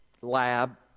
lab